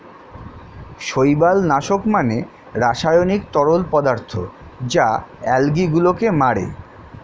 শৈবাল নাশক মানে রাসায়নিক তরল পদার্থ যা আলগী গুলোকে মারে